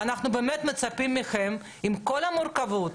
ואנחנו באמת מצפים מכם עם כל המורכבות,